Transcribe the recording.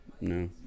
no